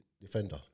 defender